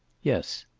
yes,